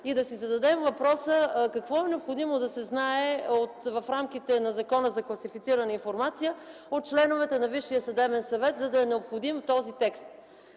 и да си зададем въпроса: какво е необходимо да се знае в рамките на Закона за защита на класифицираната информация от членовете на Висшия съдебен съвет, за да е необходим този текст?